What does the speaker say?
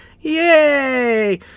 Yay